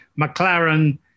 McLaren